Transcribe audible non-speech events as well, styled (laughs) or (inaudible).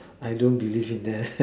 I don't believe in that (laughs)